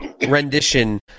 rendition